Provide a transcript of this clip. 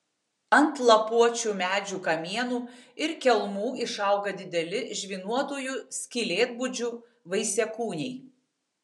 ant lapuočių medžių kamienų ir kelmų išauga dideli žvynuotųjų skylėtbudžių vaisiakūniai